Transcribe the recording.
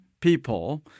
people